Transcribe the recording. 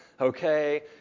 okay